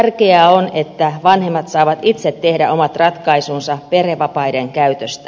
tärkeää on että vanhemmat saavat itse tehdä omat ratkaisunsa perhevapaiden käytöstä